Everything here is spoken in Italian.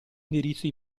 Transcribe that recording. indirizzo